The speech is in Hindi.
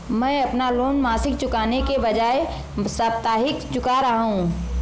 मैं अपना लोन मासिक चुकाने के बजाए साप्ताहिक चुका रहा हूँ